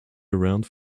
around